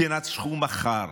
תנצחו מחר.